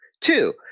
Two